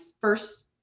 first